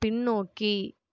பின்னோக்கி